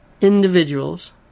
individuals